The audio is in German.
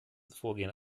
vorgehen